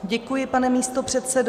Děkuji, pane místopředsedo.